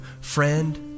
friend